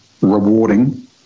rewarding